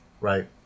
right